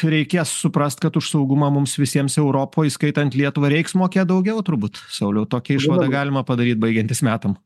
reikės suprast kad už saugumą mums visiems europoj įskaitant lietuvą reiks mokėt daugiau turbūt sauliau tokią išvadą galima padaryt baigiantis metam